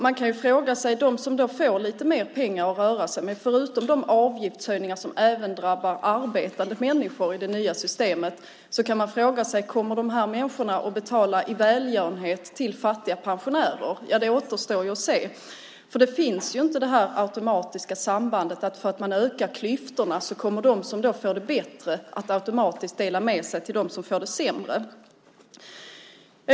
Man kan fråga sig om de som får lite mer pengar att röra sig med, förutom de avgiftshöjningar som även drabbar arbetande människor i det nya systemet, kommer att betala i välgörenhet till fattiga pensionärer. Det återstår att se. Det finns inte något automatiskt samband så att om man ökar klyftorna kommer de som får det bättre att dela med sig till dem som får det sämre.